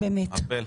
ארבל.